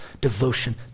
devotion